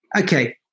okay